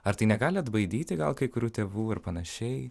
ar tai negali atbaidyti gal kai kurių tėvų ir panašiai